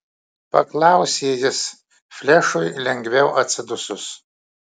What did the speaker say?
paklausė jis flešui lengviau atsidusus